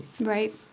Right